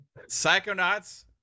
Psychonauts